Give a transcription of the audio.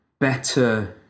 better